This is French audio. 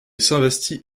s’investit